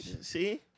See